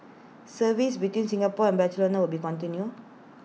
services between Singapore and Barcelona will be continue